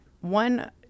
One